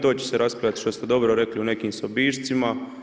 To će se raspravljati što ste dobro rekli u nekim sobičcima.